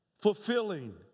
fulfilling